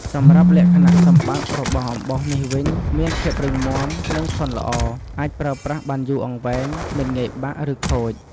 សម្រាប់លក្ខណៈសម្បត្តិរបស់់អំបោសនេះវិញ មានភាពរឹងមាំ និងធន់ល្អ អាចប្រើប្រាស់បានយូរអង្វែង មិនងាយបាក់ ឬខូច។